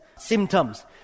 Symptoms